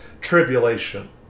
tribulation